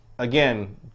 Again